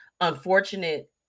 unfortunate